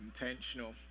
Intentional